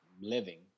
living